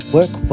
Work